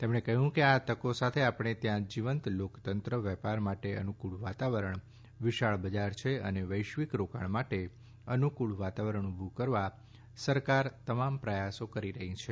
તેમણ કહયું કે આ તકો સાથે આપણે ત્યાં જીવંત લોકતંત્ર વેપાર મો અનુકુળ વાતાવરણ વિશાળ બજાર અને વૈશ્વિક રોકાણ માટે અનુકુળ વાતાવરણ ઉભુ કરવા સરકાર તમામ પ્રયાસો કરી રહી છે